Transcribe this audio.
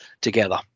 together